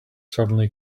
suddenly